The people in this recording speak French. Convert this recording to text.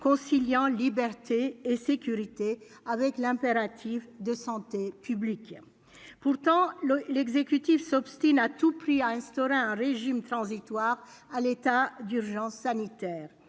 conciliant liberté et sécurité avec l'impératif de santé publique. Pourtant, l'exécutif s'obstine à tout prix à instaurer un régime transitoire à l'état d'urgence sanitaire.